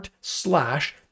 slash